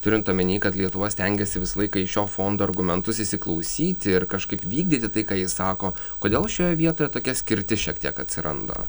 turint omeny kad lietuva stengiasi visą laiką į šio fondo argumentus įsiklausyti ir kažkaip vykdyti tai ką ji sako kodėl šioje vietoje tokia skirtis šiek tiek atsiranda